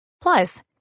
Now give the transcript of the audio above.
Plus